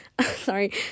Sorry